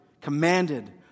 commanded